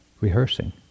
rehearsing